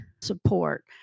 support